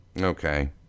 okay